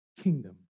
kingdom